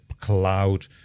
cloud